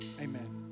amen